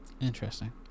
Interesting